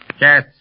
Yes